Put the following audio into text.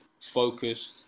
focused